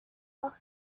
else